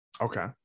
Okay